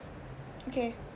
okay